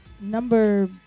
number